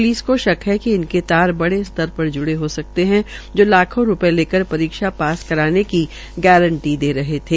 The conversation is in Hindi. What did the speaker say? प्लिसस को शक है कि इनके तार बड़े स्तर पर जुड़े हो सकते है जो लाखों रूपये लेकर परीक्षा पास कराने की गांरटी दे रहे थे